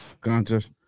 contest